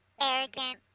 arrogant